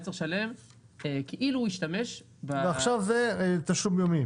צריך לשלם כאילו הוא השתמש --- ועכשיו זה תשלום יומי?